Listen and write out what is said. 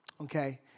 Okay